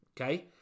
Okay